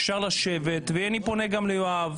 אפשר לשבת ואני פונה גם ליואב,